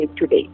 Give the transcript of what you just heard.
today